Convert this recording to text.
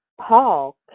Paul